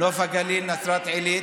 נוף הגליל, נצרת עילית?